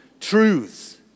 truths